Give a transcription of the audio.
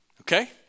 Okay